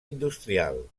industrial